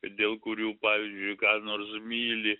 dėl kurių pavyzdžiui ką nors myli